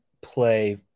play